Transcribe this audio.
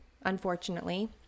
unfortunately